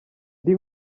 ndi